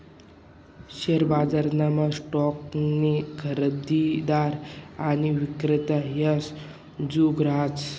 share बजारमा स्टॉकना खरेदीदार आणि विक्रेता यासना जुग रहास